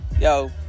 Yo